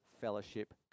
fellowship